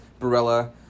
Barella